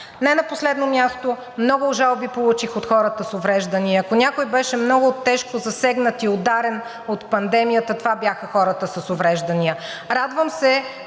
Не на последно място, много жалби получих от хората с увреждания. Ако някой беше много тежко засегнат и ударен от пандемията, това бяха хората с увреждания. Радвам се,